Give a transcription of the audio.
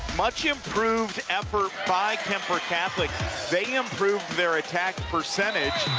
much improved effort by kuemper catholic they improved their attack percentage